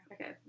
Okay